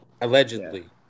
allegedly